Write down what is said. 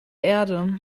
erde